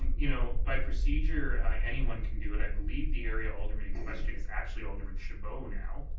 you know, by procedure anyone can do it. i believe the area alderman in question is actually alderman chabot now.